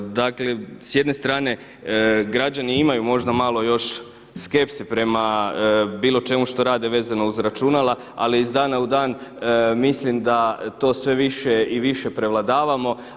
Dakle s jedne strane građani imaju možda malo još skepse prema bilo čemu što rade vezano uz računala, ali iz dana u dan mislim da to sve više i više prevladavamo.